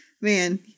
man